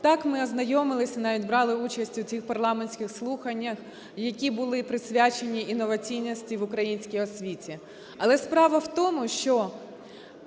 Так, ми ознайомились і навіть брали участь в цих парламентських слуханнях, які були присвячені інноваційності в українській освіті. Але справа в тому, що